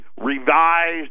revised